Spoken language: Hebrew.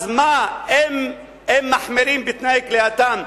אז מה, הם מחמירים את תנאי כליאתם?